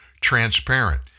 transparent